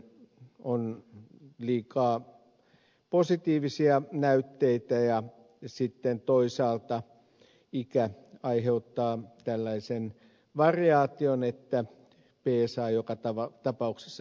on liikaa positiivisia näytteitä ja sitten toisaalta ikä aiheuttaa tällaisen variaation että psa joka tapauksessa kohoaa